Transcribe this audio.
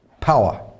power